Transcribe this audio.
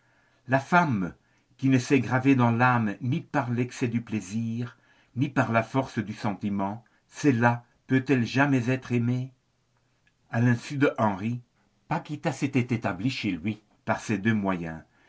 la femme qui ne s'est gravée dans l'âme ni par l'excès du plaisir ni par la force du sentiment celle-là peut-elle jamais être aimée à l'insu d'henri paquita s'était établie chez lui par ces deux moyens